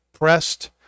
pressed